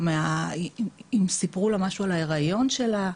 אם סיפרו לה משהו על ההיריון שלה.